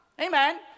Amen